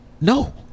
No